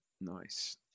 Nice